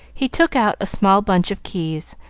he took out a small bunch of keys,